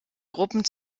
gruppen